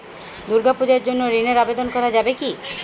দুর্গাপূজার জন্য ঋণের আবেদন করা যাবে কি?